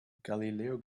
galileo